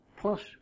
plus